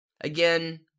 Again